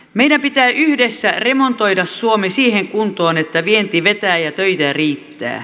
meidän pitää yhdessä remontoida suomi siihen kuntoon että vienti vetää ja töitä riittää